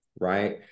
right